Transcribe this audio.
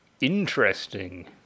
Interesting